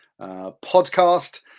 podcast